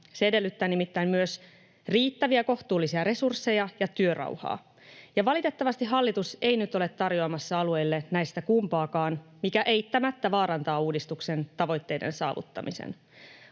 Se edellyttää nimittäin myös riittäviä kohtuullisia resursseja ja työrauhaa. Valitettavasti hallitus ei nyt ole tarjoamassa alueille näistä kumpaakaan, mikä eittämättä vaarantaa uudistuksen tavoitteiden saavuttamisen.